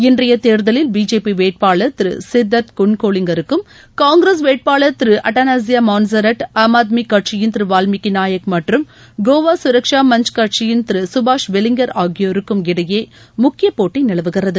இன்றைய தேர்தலில் பிஜேபி வேட்பாளர் திரு சித்தார்த் குன்கோலிங்கருக்கும் காங்கிரஸ் வேட்பாளர் திரு அடனாசியோ மான்செரட் ஆம் ஆத்மி கட்சியின் திரு வாஸ்மீகி நாயக் மற்றும் கோவா சுரக்ஷா மன்ச் கட்சியின் திரு சுபாஷ் வெலிங்கர் ஆகியோருக்கும் இடையே முக்கிய போட்டி நிலவுகிறது